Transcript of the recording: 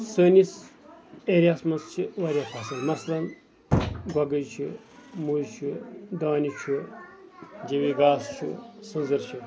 سٲنِس ایریاہَس منٛز چھِ واریاہ فَصٕل مَثلن گۄگٕج چھِ مُج چھُ دانہِ چھُ یی گاسہٕ چھُ سیٚنٛدٕر چھُ